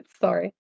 Sorry